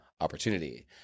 Opportunity